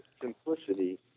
simplicity